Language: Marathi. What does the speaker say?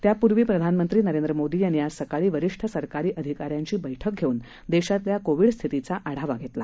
तत्पूर्वी प्रधानमंत्री मोदी यांनी आज सकाळी वरिष्ठ सरकारी अधिकाऱ्यांची बैठक घेऊन देशातल्या कोविड स्थितीचा आढावा घेतला